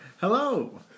Hello